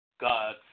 God